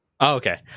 okay